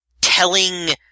telling